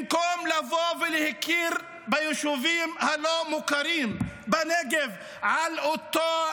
במקום לבוא ולהכיר ביישובים הלא-מוכרים בנגב לפי אותם